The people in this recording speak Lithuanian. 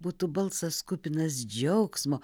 būtų balsas kupinas džiaugsmo